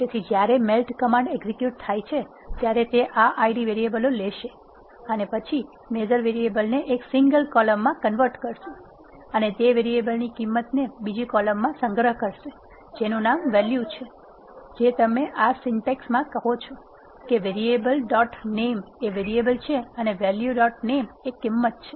તેથી જ્યારે melt command execute થાય છે ત્યારે તે આ આઈડી વેરીએબલો લેશે અને પછી મેઝર વેરીએબલને એક સિંગલ કોલમમાં કન્વર્ટ કરશે અને તે વેરીએબલ ની કિંમત ને બીજી કોલમમાં માં સંગ્રહ કરશે જેનું નામ વેલ્યુ છે જે તમે આ સિન્ટેક્સ માં કહો છો કે વેરીએબલ ડોટ નેમ એ વેરીએબલ છે અને વેલ્યુ ડોટ નેમ એ કિંમત છે